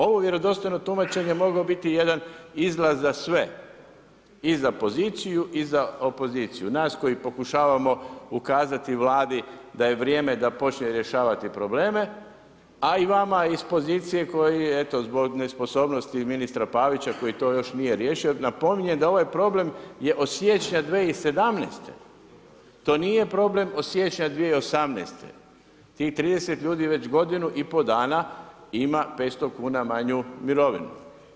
Ovo vjerodostojno tumačenje bi moglo biti jedan izlaz za sve i za poziciju i za opoziciju, nas pokušavamo ukazati Vladi da je vrijeme da počne rješavati probleme, a i vama iz pozicije koji eto zbog nesposobnosti ministra Pavića koji to još nije riješio, napominjem da je ovaj problem od siječnja 2017., to nije problem od siječnja 2018., tih 30 ljudi već godinu i pol dana ima 500 kuna manju mirovinu.